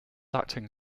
acting